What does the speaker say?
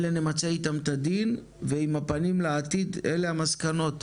אלה נמצא איתם את הדין ועם הפנים לעתיד אלה המסקנות.